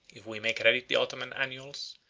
if we may credit the ottoman annals,